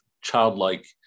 childlike